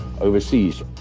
overseas